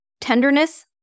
tenderness